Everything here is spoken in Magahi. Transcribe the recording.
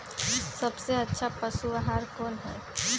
सबसे अच्छा पशु आहार कोन हई?